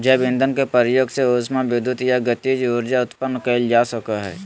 जैव ईंधन के प्रयोग से उष्मा विद्युत या गतिज ऊर्जा उत्पन्न कइल जा सकय हइ